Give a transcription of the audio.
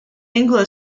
anglo